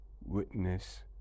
witness